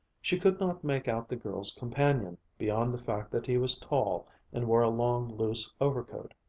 she could not make out the girl's companion, beyond the fact that he was tall and wore a long, loose overcoat.